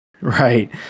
right